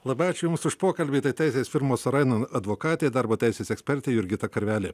labai ačiū jums už pokalbį tai teisės firmos rainon advokatė darbo teisės ekspertė jurgita karvelė